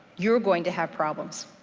you're going to have problems.